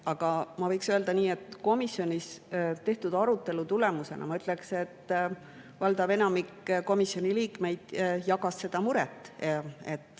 aga öelda nii, et komisjonis olnud arutelu tulemusena, ma ütleksin, valdav enamik komisjoni liikmeid jagas seda muret.